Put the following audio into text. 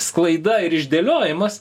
sklaida ir išdėliojimas